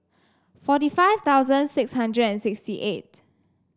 forty five thousand six hundred and sixty eight